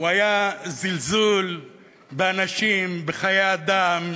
היה זלזול באנשים, בחיי אדם,